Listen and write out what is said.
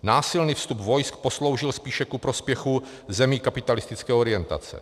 Násilný vstup vojsk posloužil spíše ku prospěchu zemí kapitalistické orientace.